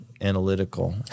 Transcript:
analytical